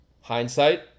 Hindsight